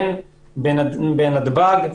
הן בנתב"ג,